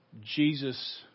Jesus